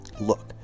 look